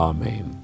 Amen